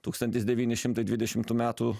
tūkstantis devyni šimtai dvidešimtų metų